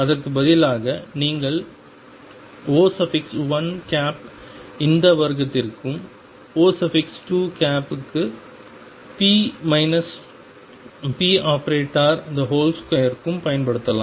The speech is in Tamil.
அதற்கு பதிலாக நீங்கள் O1 இந்த வர்க்கத்திற்கும் O2 க்கு p ⟨p⟩2 க்கும் பயன்படுத்தலாம்